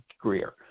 Greer